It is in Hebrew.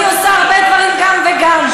אני עושה הרבה דברים גם וגם,